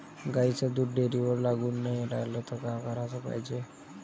गाईचं दूध डेअरीवर लागून नाई रायलं त का कराच पायजे?